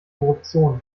korruption